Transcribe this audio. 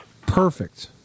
perfect